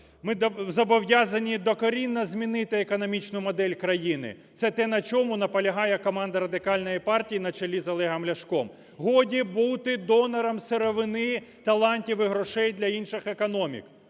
Ми зобов'язані докорінно змінити економічну модель країни. Це те, на чому наполягає команда Радикальної партії на чолі з Олегом Ляшком. Годі бути донором сировини, талантів і грошей для інших економік.